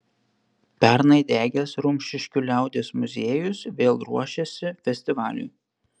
pernai degęs rumšiškių liaudies muziejus vėl ruošiasi festivaliui